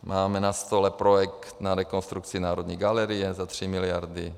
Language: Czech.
Máme na stole projekt na rekonstrukci Národní galerie za 3 miliardy.